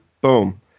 boom